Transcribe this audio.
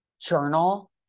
journal